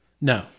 No